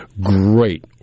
great